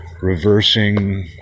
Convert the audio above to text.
reversing